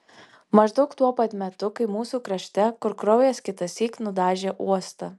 maždaug tuo pat metu kai mūsų krašte kur kraujas kitąsyk nudažė uostą